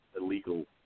illegal